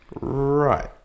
Right